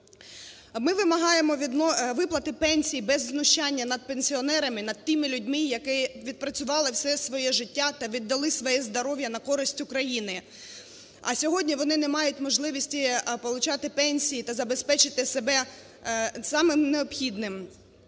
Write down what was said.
Ми вимагаємо виплати пенсій без знущання над пенсіонерами, над тими людьми, які відпрацювали все своє життя та віддали своє здоров'я на користь Україні. А сьогодні вони не мають можливості получати пенсії та забезпечити себе самим необхідним: